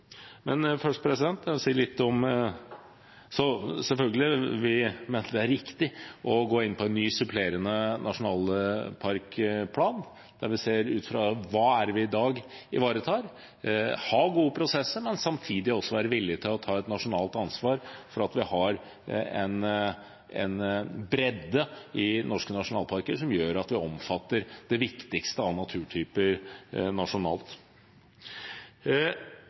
Selvfølgelig mener vi det er riktig å gå inn på en ny, supplerende nasjonalparkplan der vi ser på hva vi i dag ivaretar, og har gode prosesser, men samtidig også er villig til å ta et nasjonalt ansvar for at vi har en bredde i norske nasjonalparker som gjør at vi omfatter det viktigste av naturtyper nasjonalt.